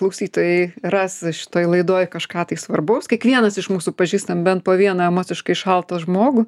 klausytojai ras šitoj laidoj kažką tai svarbaus kiekvienas iš mūsų pažįstam bent po vieną emociškai šaltą žmogų